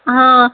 हँ